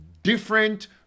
Different